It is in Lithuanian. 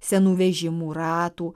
senų vežimų ratų